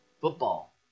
Football